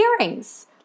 earrings